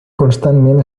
constantment